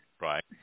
Right